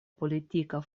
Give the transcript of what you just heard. politika